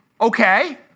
Okay